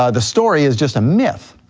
ah the story is just a myth.